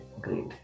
great